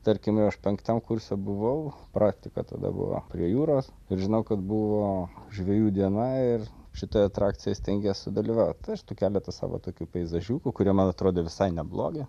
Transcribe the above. tarkim aš penktame kurse buvau praktika tada buvo prie jūros ir žinau kad buvo žvejų diena ir šitoj atrakcijoj stengies sudalyvaut aš tų keletą savo tokių peizažiukų kurie man atrodė visai neblogi